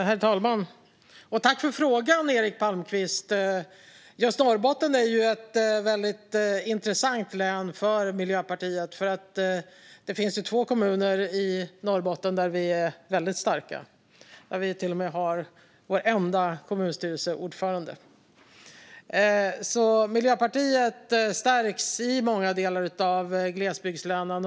Herr talman! Tack för frågan, Eric Palmqvist! Just Norrbotten är ett intressant län för Miljöpartiet. Det finns två kommuner i Norrbotten där vi är väldigt starka, där vi till och med har vår enda kommunstyrelseordförande. Miljöpartiet stärks i många delar av glesbygdslänen.